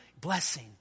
blessing